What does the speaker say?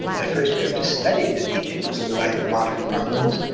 ah first we have to study the teachings in the light of modern problems,